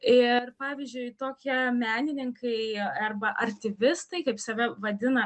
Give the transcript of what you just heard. ir pavyzdžiui tokie menininkai arba artyvistai kaip save vadina